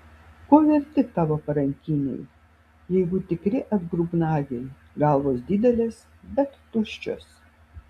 ko verti tavo parankiniai jeigu tikri atgrubnagiai galvos didelės bet tuščios